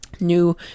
new